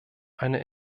eine